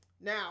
Now